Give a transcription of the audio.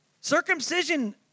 Circumcision